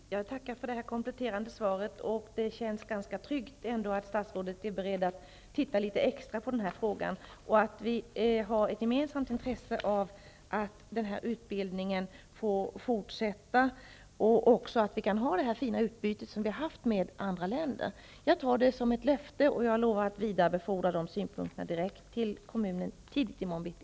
Herr talman! Jag tackar för det kompletterande svaret. Det känns ganska tryggt att statsrådet är beredd att titta litet extra på den här frågan. Vi har ju ett gemensamt intresse av att utbildningen får fortsätta, och det är bra att vi kan ha det fina utbyte som vi har haft med andra länder. Jag tar det som ett löfte, och jag lovar att vidarebefordra dessa synpunkter direkt till Nybro kommun tidigt i morgon bitti.